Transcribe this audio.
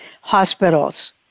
hospitals